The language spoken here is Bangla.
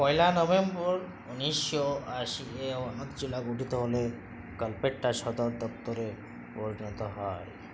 পয়লা নভেম্বর উনিশশো আশি এ ওয়ানাদ জেলা গঠিত হলে কালপেট্টা সদর দফতরে পরিণত হয়